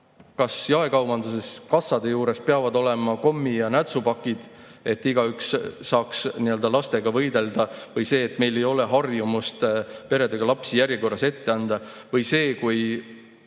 Kas jaekaubanduses kassade juures peavad olema kommi‑ ja nätsupakid, et igaüks saaks nii-öelda lastega võidelda? Või see, et meil ei ole harjumust peredega lapsi järjekorras ette lasta. Või see, kui